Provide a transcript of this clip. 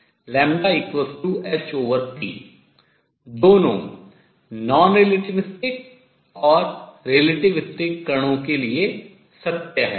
hp दोनों non relativistic अनआपेक्षिकीय और relativistic आपेक्षिकीय कणों के लिए सत्य है